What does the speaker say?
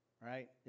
right